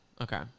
Okay